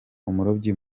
umurobyi